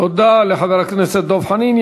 תודה לחבר הכנסת דב חנין.